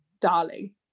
darling